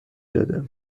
داده